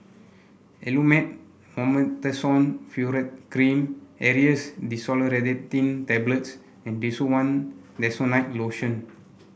Elomet Mometasone Furoate Cream Aerius DesloratadineTablets and Desowen Desonide Lotion